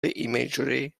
imagery